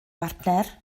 bartner